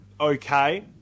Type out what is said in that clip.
okay